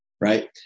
right